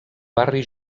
barri